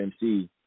MC